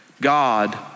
God